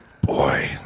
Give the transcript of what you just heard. Boy